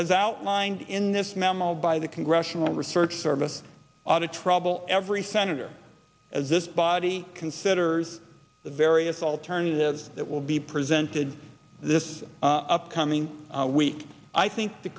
as outlined in this memo by the congressional research service oughta trouble every senator as this body considers the various alternatives that will be presented this upcoming week i think the